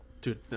Dude